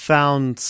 Found